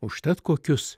užtat kokius